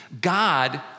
God